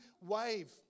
wave